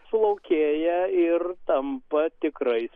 sulaukėja ir tampa tikrais